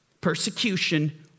Persecution